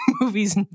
movies